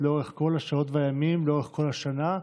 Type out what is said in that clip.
לאורך כל השעות והימים לאורך כל השנה,